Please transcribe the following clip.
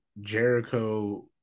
Jericho